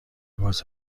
باز